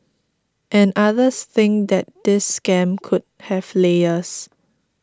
and others think that this scam could have layers